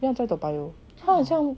I think 在 toa payoh 他很像